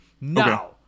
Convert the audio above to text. Now